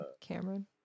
Cameron